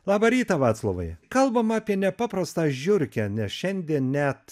labą rytą vaclovai kalbam apie nepaprastą žiurkę nes šiandien net